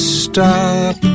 stop